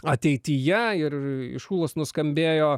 ateityje ir iš ūlos nuskambėjo